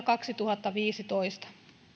kaksituhattaviisitoista